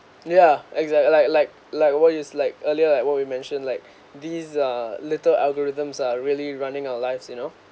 yeah exact like like like what is like earlier like what we mentioned like these are little algorithms are really running our lives you know